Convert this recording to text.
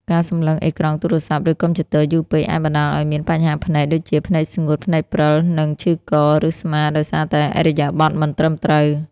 ការសម្លឹងអេក្រង់ទូរស័ព្ទ ឬកុំព្យូទ័រយូរពេកអាចបណ្ដាលឱ្យមាន បញ្ហាភ្នែក (ដូចជាភ្នែកស្ងួត ភ្នែកព្រិល) និង ឈឺក ឬស្មាដោយសារតែឥរិយាបថមិនត្រឹមត្រូវ។